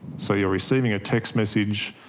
so you are receiving a text message,